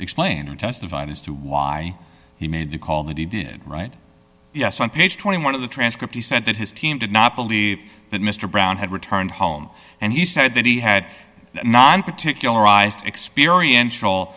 explained who testified as to why he made the call that he did right yes on page twenty one of the transcript he said that his team did not believe that mr brown had returned home and he said that he had non particularized experience